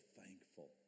thankful